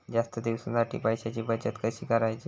जास्त दिवसांसाठी पैशांची बचत कशी करायची?